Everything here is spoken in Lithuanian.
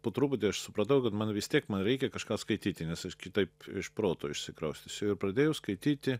po truputį aš supratau kad man vis tiek man reikia kažką skaityti nes aš kitaip iš proto išsikraustysiu ir pradėjau skaityti